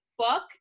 fuck